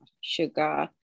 sugar